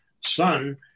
son